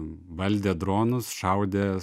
valdė dronus šaudė